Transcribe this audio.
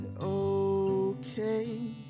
okay